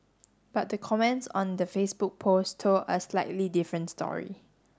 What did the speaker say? but the comments on the Facebook post told a slightly different story